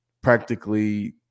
practically